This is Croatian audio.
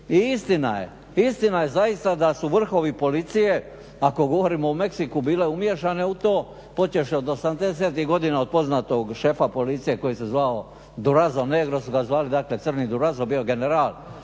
i istina je da su zaista vrhovi policije ako govorimo o Meksiku bile umiješane u to počevši od 80-tih godina od poznatog šefa policije koji se zvao Duraso Negro, Crni Duraso, bio je general